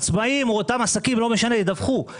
בה אותם העסקים ידווחו.